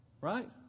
Right